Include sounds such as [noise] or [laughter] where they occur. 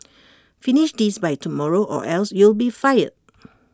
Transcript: [noise] finish this by tomorrow or else you'll be fired